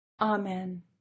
Amen